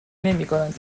نمیکنند